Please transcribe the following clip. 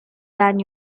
than